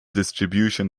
distribution